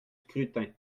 scrutin